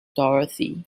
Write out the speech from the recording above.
dorothy